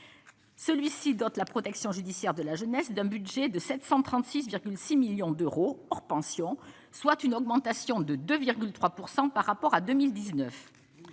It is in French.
celui-ci, la protection judiciaire de la jeunesse d'un budget de 736,6 millions d'euros hors pensions, soit une augmentation de 2,3 pourcent par rapport à 2019